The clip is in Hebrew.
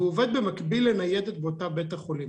והוא עובד במקביל לניידת באותו בית חולים.